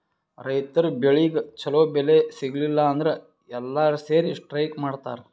ರೈತರ್ ಬೆಳಿಗ್ ಛಲೋ ಬೆಲೆ ಸಿಗಲಿಲ್ಲ ಅಂದ್ರ ಎಲ್ಲಾರ್ ಸೇರಿ ಸ್ಟ್ರೈಕ್ ಮಾಡ್ತರ್